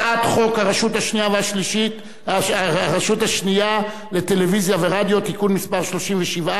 חוק הרשות השנייה לטלוויזיה ורדיו (תיקון מס' 37),